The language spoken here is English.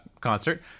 concert